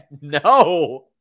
No